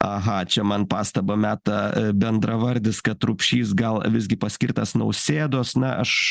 aha čia man pastabą meta bendravardis kad rupšys gal visgi paskirtas nausėdos na aš